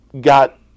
got